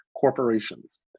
corporations